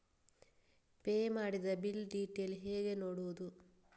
Pay ಮಾಡಿದ bill detail ಹೇಗೆ ನೋಡುವುದು?